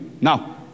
Now